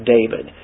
David